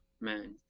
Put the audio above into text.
man